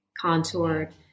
Contoured